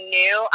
new